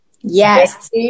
yes